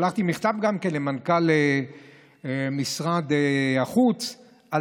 שלחתי גם מכתב למנכ"ל משרד החוץ על